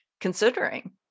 considering